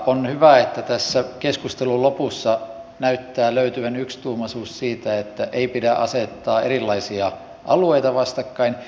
on hyvä että tässä keskustelun lopussa näyttää löytyvän yksituumaisuus siitä että ei pidä asettaa erilaisia alueita vastakkain